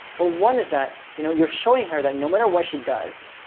well, one is that you know you're showing her that no matter what she does,